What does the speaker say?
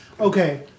Okay